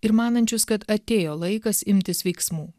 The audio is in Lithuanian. ir manančius kad atėjo laikas imtis veiksmų